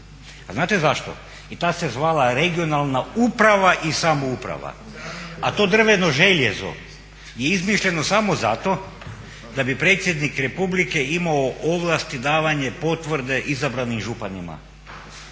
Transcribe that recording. znate zašto, i tad se zvala regionalna uprava i samouprava, a to drveno željezo je izmišljeno samo zato da bi predsjednik Republike imao ovlasti davanje potvrde izabranim županima.